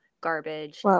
garbage